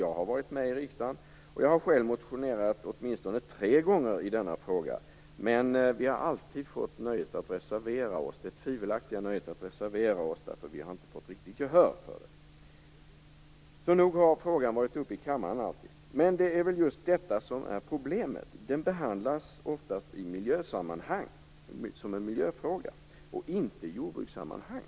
Jag har varit med i riksdagen och jag har själv motionerat åtminstone tre gånger i denna fråga. Men vi har alltid fått det tvivelaktiga nöjet att reservera oss, eftersom vi inte har fått riktigt gehör för detta. Så nog har frågan varit uppe i kammaren alltid. Men det är väl just detta som är problemet. Frågan behandlas oftast i miljösammanhang som en miljöfråga, inte i jordbrukssammanhang.